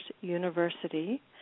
University